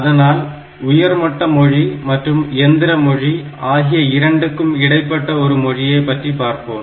அதனால் உயர்மட்ட மொழி மற்றும் எந்திர மொழி ஆகிய இரண்டுக்கும் இடைப்பட்ட ஒரு மொழியை பற்றி பார்ப்போம்